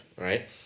right